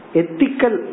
ethical